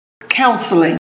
counseling